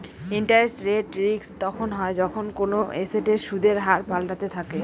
interest rate risk তখন হয় যখন কোনো এসেটের সুদের হার পাল্টাতে থাকে